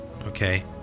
okay